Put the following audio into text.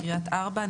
קריית ארבע,